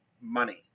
money